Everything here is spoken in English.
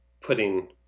putting